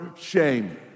shame